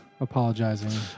Apologizing